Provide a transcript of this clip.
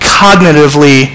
cognitively